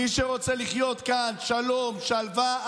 מי שרוצה לחיות כאן בשלום ובשלווה,